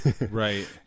Right